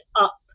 up